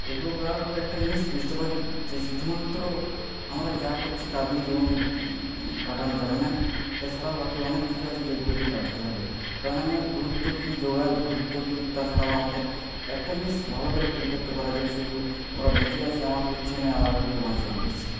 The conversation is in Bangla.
এগুলো করার পরে একটা জিনিস বুঝতে পারি যে শুধুমাত্র আমরা যা করছি তা দিয়ে জীবন কাটানো যাবে না তাছাড়াও বাকি অনেক কিছু আছে যেগুলো দিয়ে কাটতে হবে প্রাণায়ামের গুরুত্ব কী যোগার গুরুত্ব কী তাছাড়াও আমাদের একটা জিনিস ভালো করে ফিল করতে পারা যে শুধু আমরা বেঁচে আছি আমাদের ইচ্ছায় নয় কেউ বাঁচিয়ে রেখেছে